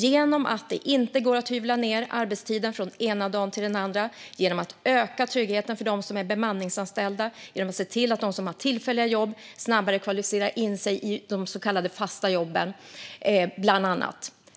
Det handlar om att det inte ska gå att hyvla ned arbetstiden från den ena dagen till den andra, vidare att öka tryggheten för dem som är bemanningsanställda genom att se till att de som har tillfälliga jobb snabbare kvalificerar in sig i de så kallade fasta jobben. Och